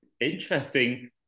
Interesting